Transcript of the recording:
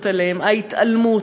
ההתייחסות אליהם, ההתעלמות.